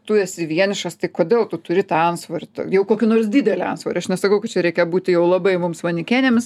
tu esi vienišas tai kodėl tu turi tą antsvorį jau kokį nors didelį antsvorį aš nesakau kad čia reikia būti jau labai mums manikenėms